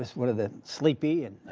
what are the sleepy and